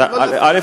אז א.